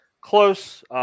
close